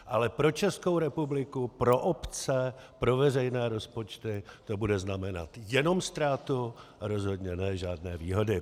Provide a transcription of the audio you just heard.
Ale pro Českou republiku, pro obce, pro veřejné rozpočty to bude znamenat jenom ztrátu a rozhodně ne žádné výhody.